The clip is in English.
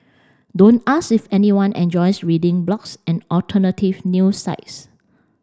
don't ask if anyone enjoys reading blogs and alternative news sites